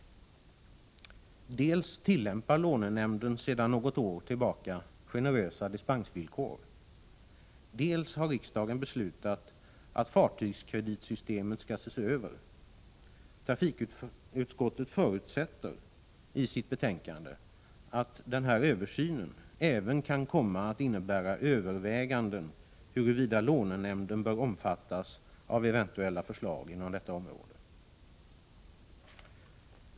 Dels tillämpar lånenämnden sedan något år tillbaka generösa dispensvillkor, dels har riksdagen beslutat att fartygskreditsystemet skall ses över. Trafikutskottet förutsätter i sitt betänkande att denna översyn ”även kan komma att innebära överväganden huruvida lånenämnden bör omfattas av eventuella förslag” inom detta område.